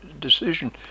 decision